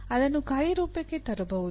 ಅದನ್ನು ಕಾರ್ಯರೂಪಕ್ಕೆ ತರಬಹುದು